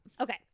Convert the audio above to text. Okay